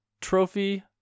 trophy